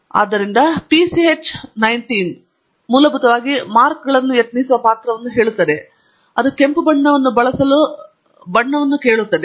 ಆದ್ದರಿಂದ PCH19 ಮೂಲಭೂತವಾಗಿ ಮಾರ್ಕರ್ಗಳನ್ನು ಯತ್ನಿಸುವ ಪಾತ್ರವನ್ನು ಹೇಳುತ್ತದೆ ಮತ್ತು ಅದು ಕೆಂಪು ಬಣ್ಣವನ್ನು ಬಳಸಲು ಬಣ್ಣವನ್ನು ಹೇಳುತ್ತದೆ